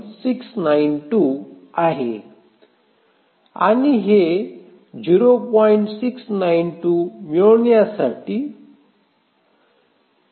692 आहे आणि हे मिळविण्यासाठी 0